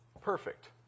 Perfect